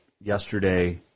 yesterday